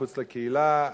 מחוץ לקהילה.